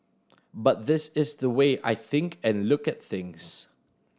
but this is the way I think and look at things